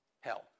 Hell